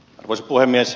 arvoisa puhemies